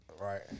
Right